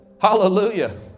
Hallelujah